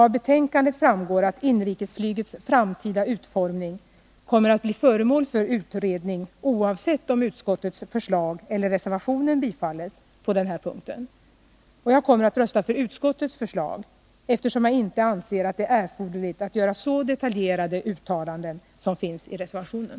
Av betänkandet framgår att inrikesflygets framtida utformning kommer att bli föremål för utredning oavsett om utskottets förslag eller 81 reservationen bifalls på denna punkt. Jag kommer att rösta för utskottets förslag, då jag inte anser det erforderligt att göra så detaljerade uttalanden som finns i reservationen.